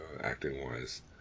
acting-wise